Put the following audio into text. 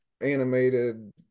animated